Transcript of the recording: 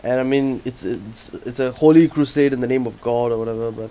and I mean it's it's it's a holy crusade in the name of god or whatever but